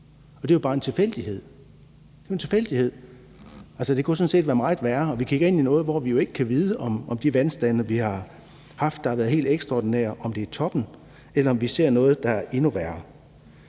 Det var bare en tilfældighed – en tilfældighed. Det kunne sådan set være gået meget værre, og vi kigger ind i noget, hvor vi ikke kan vide, om de vandstande, vi har haft, og som har været helt ekstraordinære, har været toppen, eller om vi ser noget, der er endnu værre.